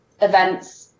events